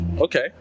okay